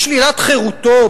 בשלילת חירותו,